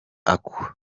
akorerwa